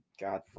God